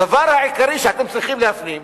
הדבר העיקרי שאתם צריכים להפנים הוא,